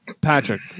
Patrick